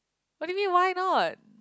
what do you mean why not